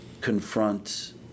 confront